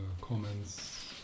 comments